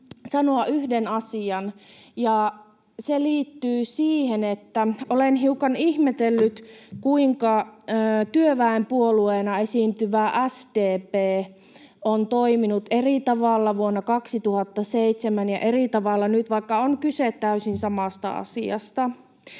sanoa yhden asian, ja se liittyy siihen, että olen hiukan ihmetellyt, kuinka työväen puolueena esiintyvä SDP on toiminut eri tavalla vuonna 2007 ja eri tavalla nyt, vaikka on kyse täysin samasta asiasta.